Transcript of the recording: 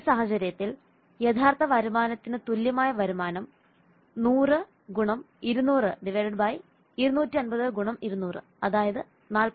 ഈ സാഹചര്യത്തിൽ യഥാർത്ഥ വരുമാനത്തിന് തുല്യമായ വരുമാനം 100 ഗുണം 200 ഹരിക്കണം 250 ഗുണം 200 അതായത് 40